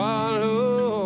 Follow